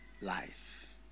life